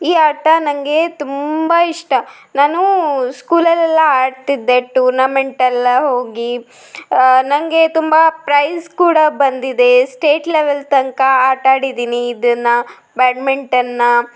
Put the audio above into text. ಈ ಆಟ ನನಗೆ ತುಂಬ ಇಷ್ಟ ನಾನು ಸ್ಕೂಲಲ್ಲೆಲ್ಲ ಆಡ್ತಿದ್ದೆ ಟೂರ್ನಮೆಂಟ್ ಎಲ್ಲ ಹೋಗಿ ನನಗೆ ತುಂಬ ಪ್ರೈಝ್ ಕೂಡ ಬಂದಿದೆ ಸ್ಟೇಟ್ ಲೆವೆಲ್ ತನಕ ಆಟಾಡಿದ್ದೀನಿ ಇದನ್ನು ಬ್ಯಾಡ್ಮಿಂಟನನ್ನ